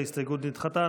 גם הסתייגות זו נדחתה.